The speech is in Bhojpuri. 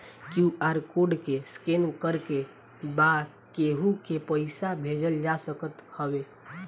क्यू.आर कोड के स्केन करके बा केहू के पईसा भेजल जा सकत हवे